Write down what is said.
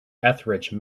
ethridge